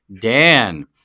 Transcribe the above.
Dan